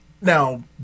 Now